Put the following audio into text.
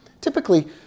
Typically